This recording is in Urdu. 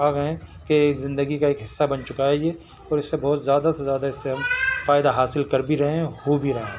آ گئے ہیں کہ یہ زندگی کا ایک حصہ بن چکا ہے یہ اور اس سے بہت زیادہ سے زیادہ اس سے ہم فائدہ حاصل کر بھی رہے ہیں ہو بھی رہا ہے